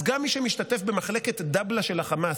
אז גם מי שמשתתף במחלקת דבל"א של חמאס,